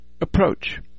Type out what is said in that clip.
approach